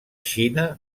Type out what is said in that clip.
xina